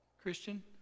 Christian